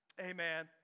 Amen